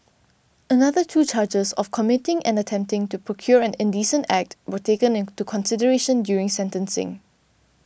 another two charges of committing and attempting to procure an indecent act were taken into consideration during sentencing